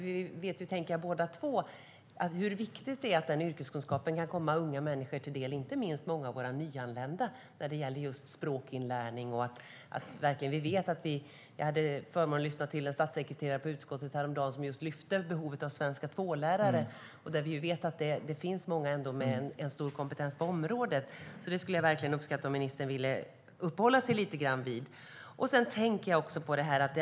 Vi vet hur viktigt det är att deras yrkeskunskap kan komma unga människor till del, inte minst många av våra nyanlända, till exempel när det gäller språkinlärning. Jag hade förmånen att i utskottet häromdagen lyssna till en statssekreterare som lyfte fram behovet av svenska II-lärare. Vi vet att det finns många med stor kompetens på området. Jag skulle verkligen uppskatta om ministern lite grann ville uppehålla sig vid den frågan.